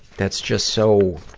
that's just so,